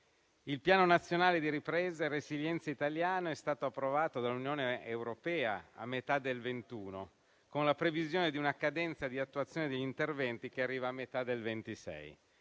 Il Piano nazionale di ripresa e resilienza italiano è stato approvato dall'Unione europea a metà del 2021, con la previsione di una cadenza di attuazione degli interventi che arriva a metà del 2026.